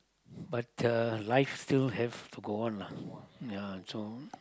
but uh life still have to go on lah yeah so